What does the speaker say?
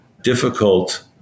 difficult